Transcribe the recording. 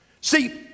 see